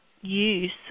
use